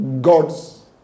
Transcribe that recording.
God's